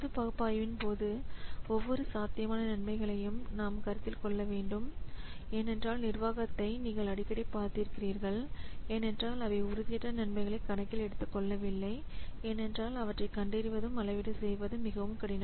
C B பகுப்பாய்வின் போது ஒவ்வொரு சாத்தியமான நன்மைகளையும் நாம் கருத்தில் கொள்ள வேண்டும் ஏனென்றால் நிர்வாகத்தை நீங்கள் அடிக்கடி பார்த்திருக்கிறீர்கள் ஏனெனில் அவை உறுதியற்ற நன்மைகளை கணக்கில் எடுத்துக் கொள்ளவில்லை ஏனென்றால் அவற்றை கண்டறிவதும் அளவீடு செய்வதும் மிகவும் கடினம்